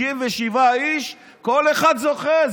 67 איש, כל אחד זוכה.